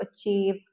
achieve